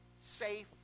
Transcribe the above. safe